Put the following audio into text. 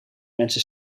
mensen